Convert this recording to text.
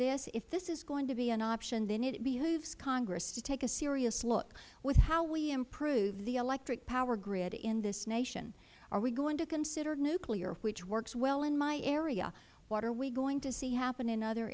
this if this is going to be an option then it behooves congress to take a serious look with how we improve the electric power grid in this nation are we going to consider nuclear which works well in my area what are we going to see happen in other